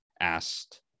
asked